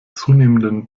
zunehmenden